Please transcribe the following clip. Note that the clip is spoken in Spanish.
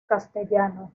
castellano